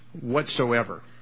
whatsoever